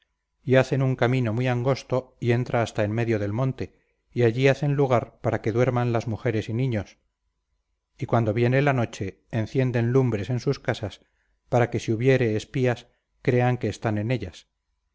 y hacen un camino muy angosto y entra hasta en medio del monte y allí hacen lugar para que duerman las mujeres y niños y cuando viene la noche encienden lumbres en sus casas para que si hubiere espías crean que están en ellas